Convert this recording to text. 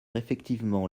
effectivement